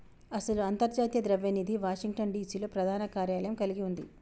అసలు అంతర్జాతీయ ద్రవ్య నిధి వాషింగ్టన్ డిసి లో ప్రధాన కార్యాలయం కలిగి ఉంది